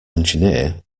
engineer